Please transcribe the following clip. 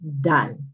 done